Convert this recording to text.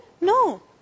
No